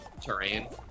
terrain